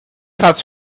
satz